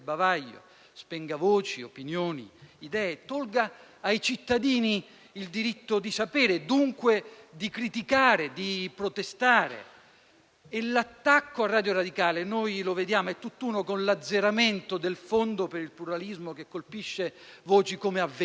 spenga voci, opinioni, idee, tolga ai cittadini il diritto di sapere e dunque di criticare, di protestare. L'attacco a Radio Radicale - lo vediamo - è tutt'uno con l'azzeramento del Fondo per il pluralismo e l'innovazione